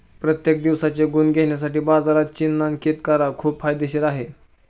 प्रत्येक दिवसाचे गुण घेण्यासाठी बाजारात चिन्हांकित करा खूप फायदेशीर आहे